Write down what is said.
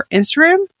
instagram